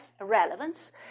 relevance